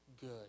good